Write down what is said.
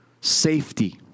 safety